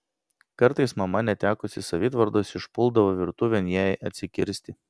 kartais mama netekusi savitvardos išpuldavo virtuvėn jai atsikirsti